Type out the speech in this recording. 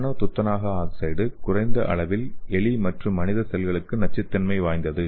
நானோ துத்தநாக ஆக்ஸைடு குறைந்த அளவிலும் எலி மற்றும் மனித செல்களுக்கு நச்சுத்தன்மை வாய்ந்தது